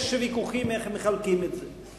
יש ויכוחים איך מחלקים את זה.